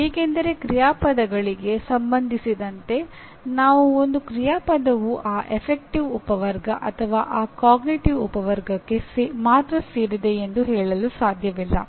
ಏಕೆಂದರೆ ಕ್ರಿಯಾಪದಗಳಿಗೆ ಸಂಬಂಧಿಸಿದಂತೆ ನಾವು ಒಂದು ಕ್ರಿಯಾಪದವು ಈ ಗಣನ ಉಪವರ್ಗ ಅಥವಾ ಈ ಅರಿವಿನ ಉಪವರ್ಗಕ್ಕೆ ಮಾತ್ರ ಸೇರಿದೆ ಎಂದು ಹೇಳಲು ಸಾಧ್ಯವಿಲ್ಲ